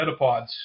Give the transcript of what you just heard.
metapods